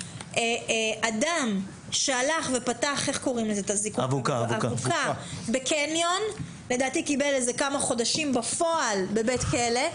אדם שפתח אבוקה בקניון וקיבל כמה חודשים בפועל בבית כלא,